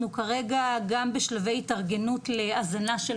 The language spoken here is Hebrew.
כרגע אנחנו גם בשלבי התארגנות להזנה של